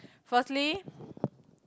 firstly